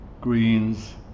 greens